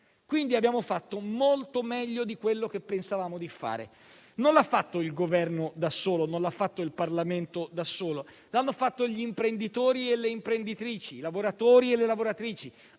quindi abbiamo fatto molto meglio di quello che pensavamo di fare. Non lo hanno fatto il Governo da solo o il Parlamento da solo, ma gli imprenditori e le imprenditrici, i lavoratori e le lavoratrici: